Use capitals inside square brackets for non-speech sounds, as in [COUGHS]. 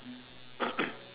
[COUGHS]